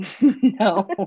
No